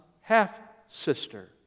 half-sister